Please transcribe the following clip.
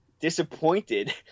disappointed